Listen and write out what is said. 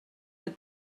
but